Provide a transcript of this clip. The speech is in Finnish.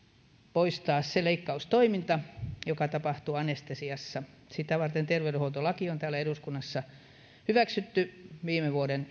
poistaa se leikkaustoiminta joka tapahtuu anestesiassa sitä varten terveydenhuoltolaki on täällä eduskunnassa hyväksytty ihan viime vuoden